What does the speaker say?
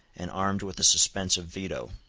and armed with a suspensive veto.